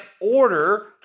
order